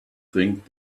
think